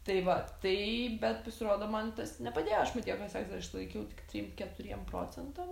tai va tai bet pasirodo man tas nepadėjo aš matiekos egzą išlaikiau tik trim keturiem procentam